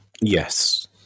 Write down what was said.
Yes